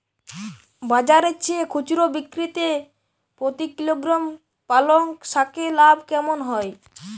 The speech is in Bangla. বাজারের চেয়ে খুচরো বিক্রিতে প্রতি কিলোগ্রাম পালং শাকে লাভ কেমন হয়?